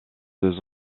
deux